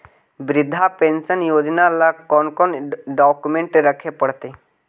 वृद्धा पेंसन योजना ल कोन कोन डाउकमेंट रखे पड़तै?